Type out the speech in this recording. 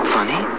Funny